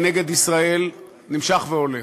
נגד ישראל נמשך והולך.